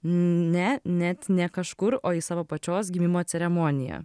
ne net ne kažkur o į savo pačios gimimo ceremoniją